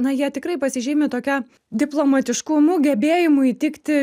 na jie tikrai pasižymi tokia diplomatiškumu gebėjimu įtikti